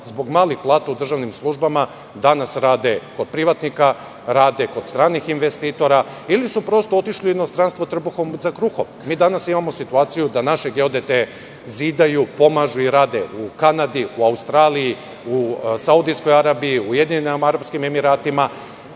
zbog malih plata u državnim službama danas rade kod privatnika, radi kod stranih investitora ili su prosto otišli u inostranstvo trbuhom za kruhom. Mi danas imamo situaciju da naše geodete zidaju, pomažu i rade u Kanadi, u Australiji, u Saudijskoj Arabiji, u Ujedinjenim Arapskim Emiratima.